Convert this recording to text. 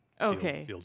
Okay